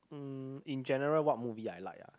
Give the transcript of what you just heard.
um in general what movie I like ah